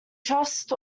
trust